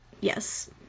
Yes